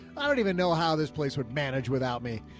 i don't even know how this place would manage without me.